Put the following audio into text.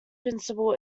principal